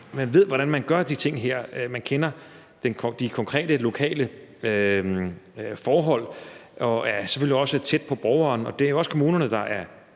og ved, hvordan man gør de her ting. Man kender de konkrete lokale forhold og er selvfølgelig også tæt på borgeren. Det er også kommunerne, der er